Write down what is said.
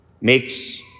makes